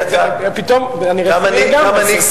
אתה בסדר, אני, לגמרי.